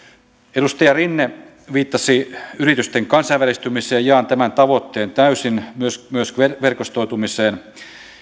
edustaja rinne viittasi yritysten kansainvälistymiseen jaan tämän tavoitteen täysin myös myös verkostoitumisen